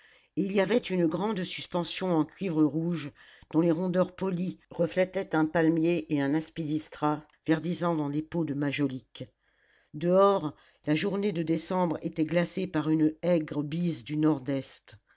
il y avait une grande suspension en cuivre rouge dont les rondeurs polies reflétaient un palmier et un aspidistra verdissant dans des pots de majolique dehors la journée de décembre était glacée par une aigre bise du nord-est